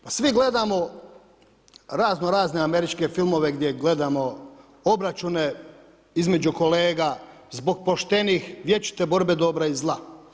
Pa svi gledamo razno razne američke filmove gdje gledamo obračune između kolega zbog poštenih vječite borbe dobra i zla.